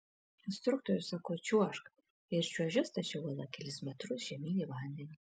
instruktorius sako čiuožk ir čiuoži stačia uola kelis metrus žemyn į vandenį